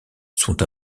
sont